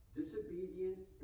Disobedience